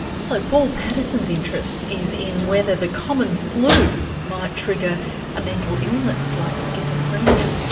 so paul patterson's interest is in whether the common flu might trigger a mental illness like schizophrenia,